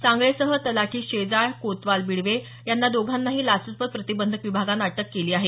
सांगळेसह तलाठी शेजाळ कोतवाल बिडवे या दोघांनाही लाचलुचपत प्रतिबंधक विभागानं अटक केली आहे